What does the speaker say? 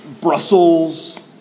Brussels